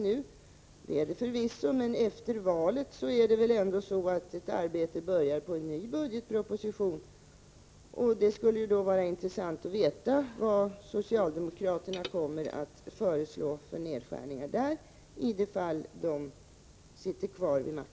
Det är det förvisso, men efter valet börjar arbetet på en ny budgetproposition, och det skulle vara intressant att veta vad socialdemokraterna kommer att föreslå för nedskärningar i den, om de sitter kvar vid makten.